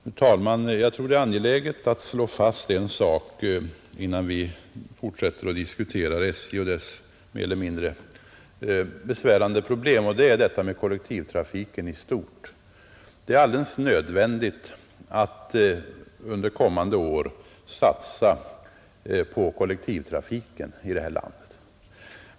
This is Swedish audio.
Fru talman! Jag tror att det är angeläget att slå fast en sak innan vi fortsätter att diskutera SJ och dess mer eller mindre besvärande problem. Den gäller kollektivtrafiken i stort. Det är alldeles nödvändigt att vi under kommande år satsar på kollektivtrafiken i landet.